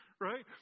Right